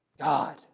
God